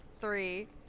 three